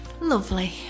Lovely